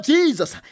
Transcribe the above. Jesus